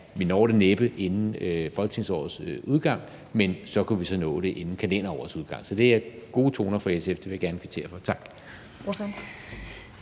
vi når det næppe inden folketingsårets udgang, men så kunne vi nå det inden kalenderårets udgang. Det er gode toner fra SF; det vil jeg gerne kvittere for. Tak.